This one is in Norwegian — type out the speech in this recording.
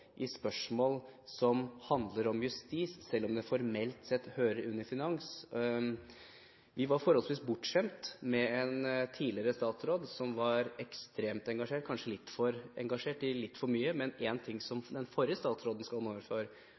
i spørsmål som handler om justis, selv om de formelt sett hører inn under finans. Vi var forholdsvis bortskjemt med den tidligere statsråden, som var ekstremt engasjert – kanskje litt for engasjert i litt for mye. Men én ting som den forrige statsråden, Storberget, skal